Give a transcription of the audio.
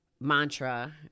mantra